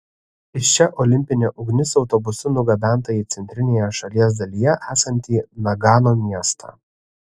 iš čia olimpinė ugnis autobusu nugabenta į centrinėje šalies dalyje esantį nagano miestą